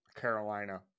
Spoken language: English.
Carolina